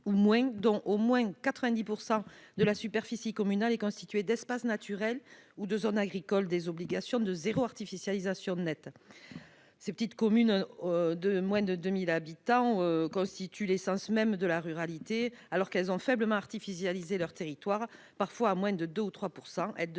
dont au moins 90 % de la superficie est constituée d'espaces naturels ou de zones agricoles, des obligations de zéro artificialisation nette. Ces petites communes constituent l'essence même de la ruralité. Alors qu'elles ont faiblement artificialisé leur territoire, parfois à moins de 2 % ou 3